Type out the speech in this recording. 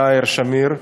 יאיר שמיר,